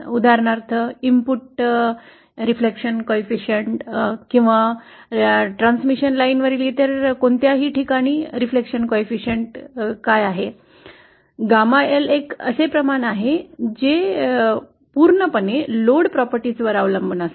उदाहरणार्थ इनपुट प्रतिबिंब गुणांक म्हणजे काय किंवा ट्रान्समिशन लाईनच्या इतर कोणत्याही ठिकाणी प्रतिबिंब गुणांक काय आहे gamma L एक प्रमाण आहे जे पूर्णपणे लोड प्रॉपर्टीवर अवलंबून असते